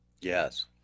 Yes